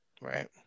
Right